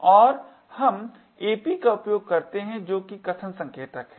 और हम ap का उपयोग करते हैं जो कि कथन संकेतक है